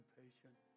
patient